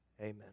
Amen